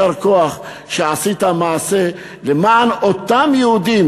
יישר כוח שעשית מעשה למען אותם יהודים